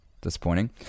Disappointing